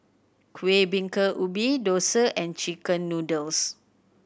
Kueh Bingka Ubi dosa and chicken noodles